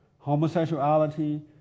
Homosexuality